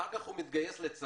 אחר כך הוא מתגייס לצה"ל,